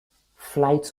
flights